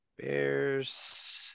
Bears